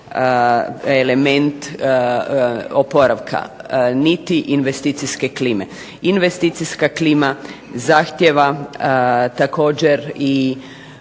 element oporavka niti investicijske klime. Investicijska klima zahtjeva također i